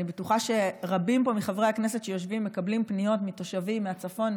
אני בטוחה שרבים מחברי הכנסת שיושבים פה מקבלים פניות מתושבים מהצפון,